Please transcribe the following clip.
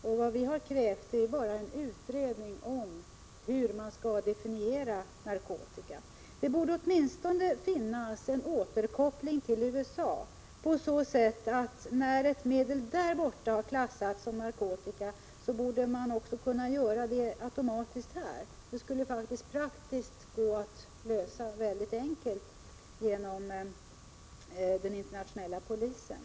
Vad vi i vpk har krävt är bara en utredning om hur narkotika skall definieras. Det borde åtminstone finnas en återkoppling till USA. När ett medel har klassificerats som narkotika där borde en sådan klassificering kunna göras automatiskt här i Sverige. Det skulle faktiskt praktiskt gå att lösa mycket enkelt genom den internationella polisen.